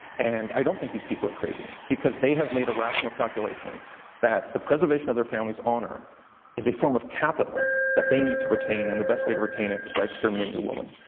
and i don't think these people crazy because they have made a rational calculation that the preservation of their family's honour is a form of capital that they need to retain and the best way to retain it is by exterminating the woman.